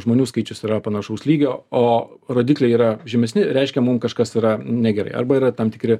žmonių skaičius yra panašaus lygio o rodikliai yra žemesni reiškia mum kažkas yra negerai arba yra tam tikri